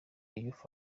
youth